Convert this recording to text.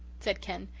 said ken.